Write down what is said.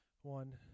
One